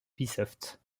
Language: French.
ubisoft